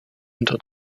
unter